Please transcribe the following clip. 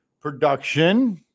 Production